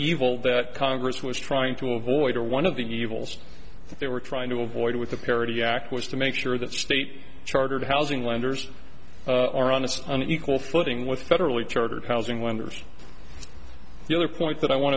evil that congress was trying to avoid or one of the evils that they were trying to avoid with the parity act was to make sure that state chartered housing lenders are honest on equal footing with federally chartered housing wonders the other point that i want